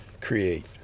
create